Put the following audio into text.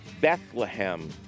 Bethlehem